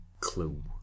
Clue